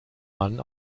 mann